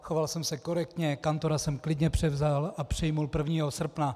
Choval jsem se korektně, kantora jsem klidně převzal a přijal 1. srpna.